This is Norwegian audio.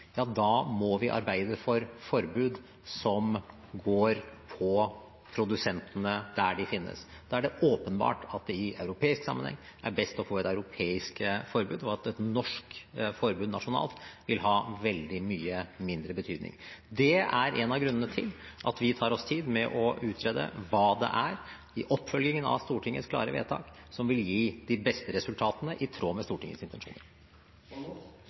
må vi arbeide for forbud som går på produsentene, der de finnes. Da er det åpenbart at det i europeisk sammenheng er best å få et europeisk forbud, og at et norsk forbud nasjonalt vil ha veldig mye mindre betydning. Det er en av grunnene til at vi tar oss tid med å utrede hva det er i oppfølgingen av Stortingets klare vedtak som vil gi de beste resultatene, i tråd med Stortingets intensjoner.